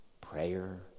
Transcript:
prayer